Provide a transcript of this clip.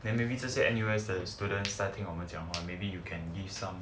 and maybe 这些 N_U_S 的 student study 我们讲过 maybe you can give some